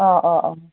অঁ অঁ অঁ